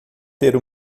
ter